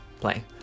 Play